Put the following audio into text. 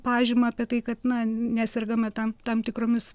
pažymą apie tai kad na nesergame tam tam tikromis